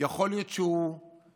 יכול להיות שהוא צעק,